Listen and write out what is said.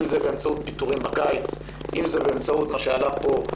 אם באמצעות פיטורים בקיץ, אם באמצעות מה שעלה פה,